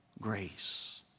grace